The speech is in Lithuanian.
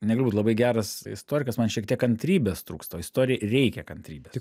negaliu būt labai geras istorikas man šiek tiek kantrybės trūksta o istorijoj reikia kantrybės